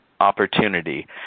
opportunity